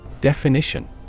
Definition